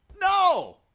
no